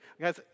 Guys